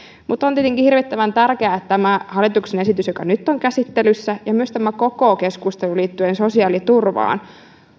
mutta on tietenkin hirvittävän tärkeää että tämä hallituksen esitys joka nyt on käsittelyssä ja myös koko tämä keskustelu liittyen sosiaaliturvaan